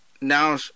now